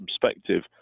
perspective